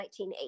1980